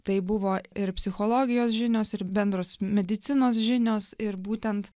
tai buvo ir psichologijos žinios ir bendros medicinos žinios ir būtent